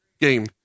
game